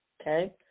Okay